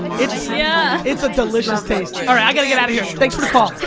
it's yeah it's a delicious taste! alright, i gotta get outta here, thanks for the call!